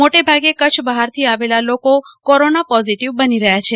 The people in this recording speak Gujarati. મોટે ભાગે કચ્છ બહાર થી આવેલા લોકો કોરોના પોઝીટીવ બની રહ્યા છે